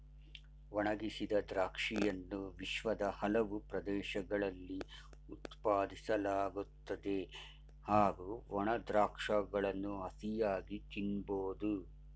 ಒಣಗಿಸಿದ ದ್ರಾಕ್ಷಿಯನ್ನು ವಿಶ್ವದ ಹಲವು ಪ್ರದೇಶಗಳಲ್ಲಿ ಉತ್ಪಾದಿಸಲಾಗುತ್ತದೆ ಹಾಗೂ ಒಣ ದ್ರಾಕ್ಷಗಳನ್ನು ಹಸಿಯಾಗಿ ತಿನ್ಬೋದು